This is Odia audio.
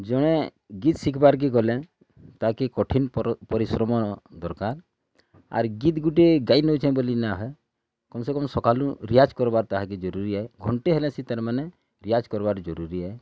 ଜଣେ ଗୀତ ଶିଖ୍ବାର୍କେ ଗଲେ ତାକେ କଠିନ୍ ପରିଶ୍ରମ ଦରକାର୍ ଆର୍ ଗୀତ୍ ଗୁଟେ ଗାଇନଉଛେ ବୋଲି ନା ହେ କମ୍ ସେ କମ୍ ସକାଳୁ ରିଆଜ୍ କର୍ବାଟା ଜରୁରୀ ହେ ଘଣ୍ଟେ ରିଆଜ୍ କର୍ବାକେ ଜରୁରୀ ହେ